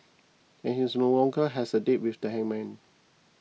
and he's no longer has a date with the hangman